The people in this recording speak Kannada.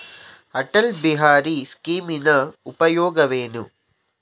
ಅಟಲ್ ಬಿಹಾರಿ ಸ್ಕೀಮಿನ ಉಪಯೋಗವೇನು?